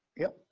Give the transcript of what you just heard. yes,